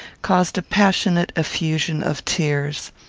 caused a passionate effusion of tears.